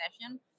session